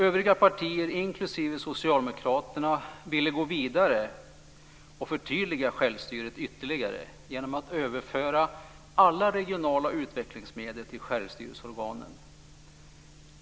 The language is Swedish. Övriga partier, inklusive Socialdemokraterna, ville gå vidare och förtydliga självstyret ytterligare genom att överföra alla regionala utvecklingsmedel till självstyrelseorganen.